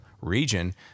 region